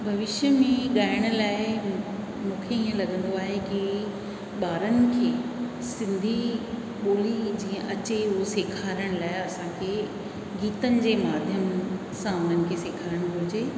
भविष्य में ॻायण लाए मुखे ईअं लॻंदो आए कि ॿारनि खे सिंधी ॿोली जीअं अचे उअ सेखारण लाए असांखे गीतन जे माध्यम सां उनन खे सेखारण घुरजे